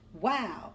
Wow